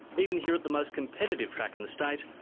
even here at the most competitive track in the state,